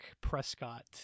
Prescott